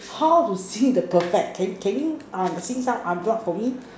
how to sing the perfect can you can you uh sing some unblock for me